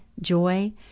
joy